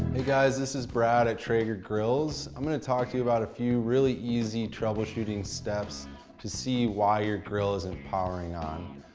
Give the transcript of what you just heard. hey guys, this is brad at traeger grills i'm going to talk to you about a few really easy troubleshooting steps to see why your grill is not and powering on.